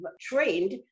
trained